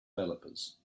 developers